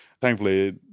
Thankfully